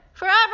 Forever